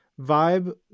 vibe